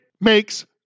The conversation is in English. makes